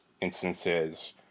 instances